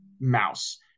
Mouse